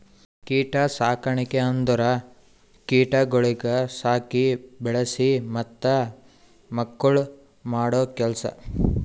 ಕೀಟ ಸಾಕಣಿಕೆ ಅಂದುರ್ ಕೀಟಗೊಳಿಗ್ ಸಾಕಿ, ಬೆಳಿಸಿ ಮತ್ತ ಮಕ್ಕುಳ್ ಮಾಡೋ ಕೆಲಸ